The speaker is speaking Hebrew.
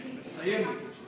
הרביעית, הרביעית.